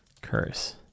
curse